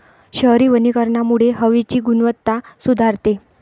शहरी वनीकरणामुळे हवेची गुणवत्ता सुधारते